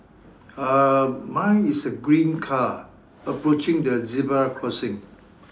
uh mine is a green car approaching the zebra crossing